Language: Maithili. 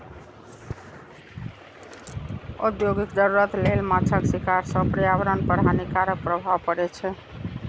औद्योगिक जरूरत लेल माछक शिकार सं पर्यावरण पर हानिकारक प्रभाव पड़ै छै